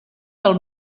del